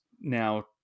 now